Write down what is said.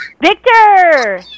Victor